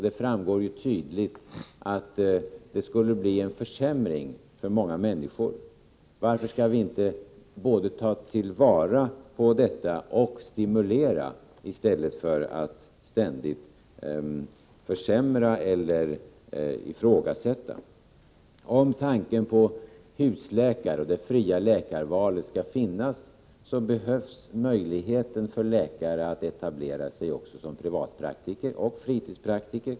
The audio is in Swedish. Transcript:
Det framgår tydligt att det då skulle innebära en försämring för många människor. Varför skall vi inte ta vara på de enskilda initiativen och stimulera till sådana i stället för att ständigt försämra eller ifrågasätta? Om tanken på husläkare, det fria läkarvalet, skall finnas, behövs möjligheter för läkare att etablera sig också som privatpraktiker och fritidspraktiker.